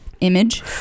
image